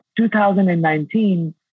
2019